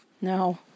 No